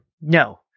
No